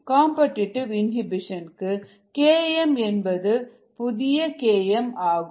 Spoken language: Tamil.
காம்படிடிவு இனிபிஷன் க்கு இந்த Km என்பது புதிய Km ஆகும்